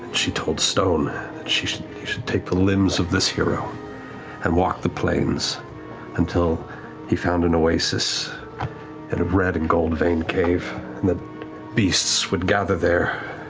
she told stone that he should should take the limbs of this hero and walk the planes until he found an oasis and a red and gold-veined cave and that beasts would gather there,